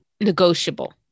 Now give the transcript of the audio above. negotiable